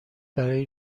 برای